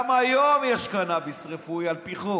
גם היום יש קנביס רפואי על פי חוק.